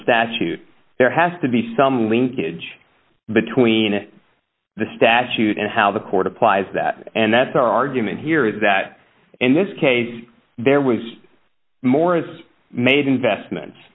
statute there has to be some linkage between the statute and how the court applies that and that's our argument here is that in this case there was morris made investments